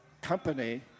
company